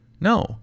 No